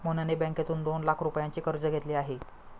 मोहनने बँकेतून दोन लाख रुपयांचे कर्ज घेतले आहे